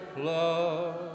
love